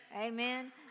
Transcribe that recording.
amen